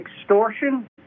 extortion